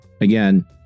again